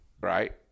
right